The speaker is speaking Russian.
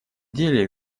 деле